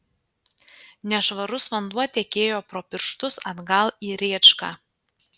nešvarus vanduo tekėjo pro pirštus atgal į rėčką